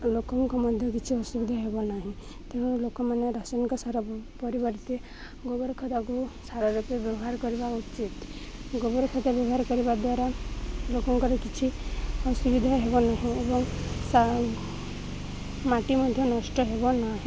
ଲୋକଙ୍କ ମଧ୍ୟ କିଛି ଅସୁବିଧା ହେବ ନାହିଁ ତେଣୁ ଲୋକମାନେ ରାସାୟନିକ ସାର ପରିବର୍ତ୍ତେ ଗୋବର ଖତକୁ ସାର ରୂପେ ବ୍ୟବହାର କରିବା ଉଚିତ୍ ଗୋବର ଖତ ବ୍ୟବହାର କରିବା ଦ୍ୱାରା ଲୋକଙ୍କର କିଛି ଅସୁବିଧା ହେବ ନାହିଁ ଏବଂ ସା ମାଟି ମଧ୍ୟ ନଷ୍ଟ ହେବ ନାହିଁ